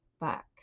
back